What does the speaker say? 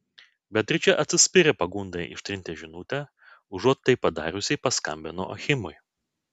beatričė atsispyrė pagundai ištrinti žinutę užuot tai padariusi paskambino achimui